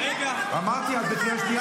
למה אתה עושה